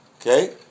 Okay